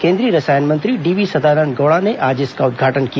केंद्रीय रसायन मंत्री डीवी सदानंद गौड़ा ने आज इसका उदघाटन किया